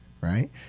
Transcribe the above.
right